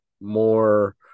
more